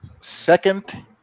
second